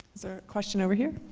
there a question over here?